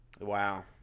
wow